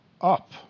up